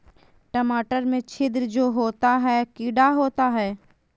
टमाटर में छिद्र जो होता है किडा होता है?